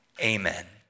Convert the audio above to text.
amen